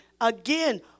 Again